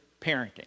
parenting